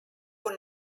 who